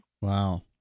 Wow